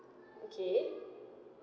okay